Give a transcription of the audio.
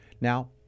Now